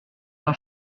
d’un